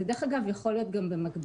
זה יכול להיות גם במקביל,